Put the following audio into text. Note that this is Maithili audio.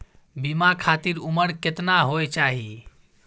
बीमा खातिर उमर केतना होय चाही?